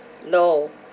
no